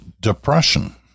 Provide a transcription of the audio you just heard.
depression